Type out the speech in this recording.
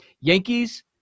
Yankees